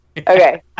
okay